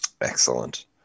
excellent